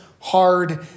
hard